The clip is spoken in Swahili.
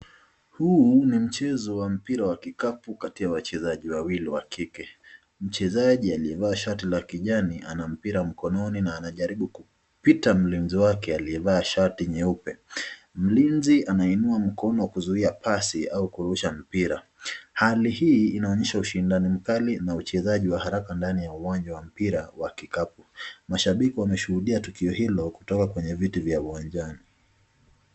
Huu ni mchezo wa mpira wa kikapu kati ya wachezaji wawili wa kike. Mchezaji aliyevaa shati la kijani ana mpira mkononi na anajaribu kupita mlinzi wake aliyevaa shati nyeupe. Mlinzi anainua mkono kuzuia pasi au kurusha mpira. Hali hii inaonyesha ushindani mkali na uchezaji wa haraka ndani ya uwanja wa mpira wa kikapu. Mashabiki wameshuhudia tukio hilo kutoka kwenye viti vya uwanjani.